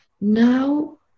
now